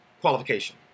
qualification